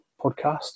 podcast